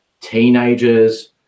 teenagers